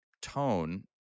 tone